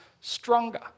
stronger